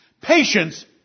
Patience